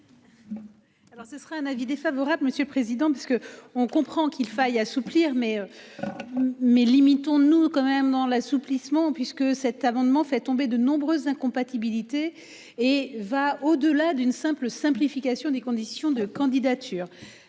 Alors ce serait un avis défavorable. Monsieur le Président parce que on comprend qu'il faille assouplir mais. Mais limitons-nous quand même dans l'assouplissement puisque cette amendement fait tomber de nombreuses incompatibilités et va au delà d'une simple simplification des conditions de candidature